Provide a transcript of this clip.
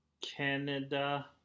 Canada